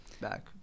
back